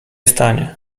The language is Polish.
stanie